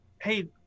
hey